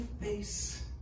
face